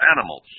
animals